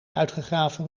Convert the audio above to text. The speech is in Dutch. uitgegraven